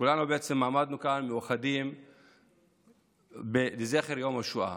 כולנו עמדנו כאן מאוחדים לזכר יום השואה.